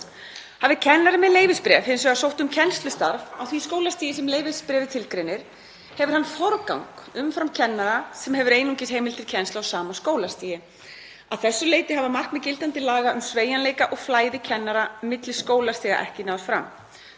Hafi kennari með leyfisbréf hins vegar sótt um kennslustarf á því skólastigi sem leyfisbréfið tilgreinir hefur hann forgang umfram kennara sem hefur einungis heimild til kennslu á sama skólastigi. Að þessu leyti hafa markmið gildandi laga um sveigjanleika og flæði kennara milli skólastiga ekki náðst fram.“